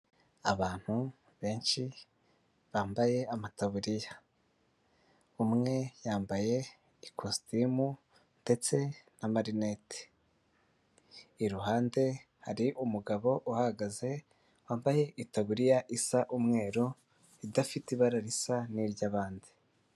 Abantu benshi bambaye amataburiya, umwe yambaye ikositimu ndetse na marineti, iruhande hari umugabo uhagaze wambaye itaburiya isa umweru idafite ibara risa n'iryabandi.